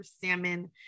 salmon